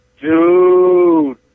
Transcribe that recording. dude